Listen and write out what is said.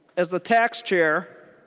as the tax chair